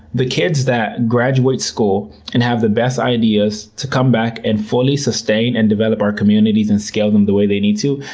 the kids that graduate school and have the best ideas to come back and fully sustain and develop our communities and scale them the way they need to,